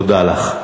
תודה לך.